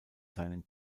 seinen